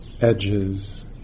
edges